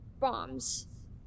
bombs